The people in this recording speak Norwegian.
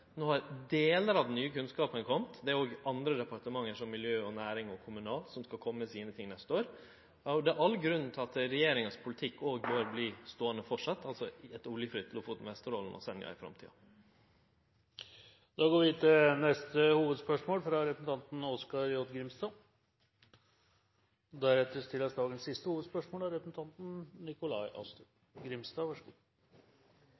No har delar av den nye kunnskapen kome. Det er òg andre departement, Miljødepartementet, Næringsdepartementet og Kommunaldepartementet, som skal kome med sine ting neste år. Det er all grunn til at regjeringa si politikk framleis bør bli ståande, altså eit oljefritt Lofoten, Vesterålen og Senja i framtida. Vi går videre til neste hovedspørsmål. Mitt spørsmål er til miljøvernministeren og går på lokaldemokratiske utfordringar og overkøyring av